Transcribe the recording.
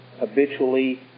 habitually